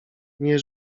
nie